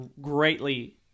greatly